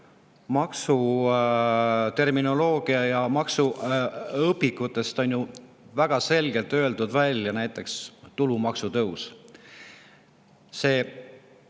maksuterminoloogias ja maksuõpikutes on ju väga selgelt öeldud välja näiteks tulumaksu tõusu